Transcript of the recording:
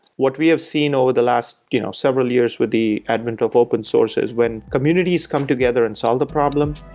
what we have seen over the last you know several years with the advent of open source is when communities come together and solve the problem,